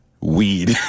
weed